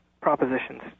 propositions